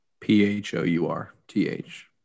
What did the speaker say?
P-H-O-U-R-T-H